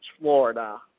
Florida